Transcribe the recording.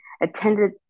attended